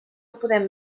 podem